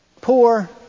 poor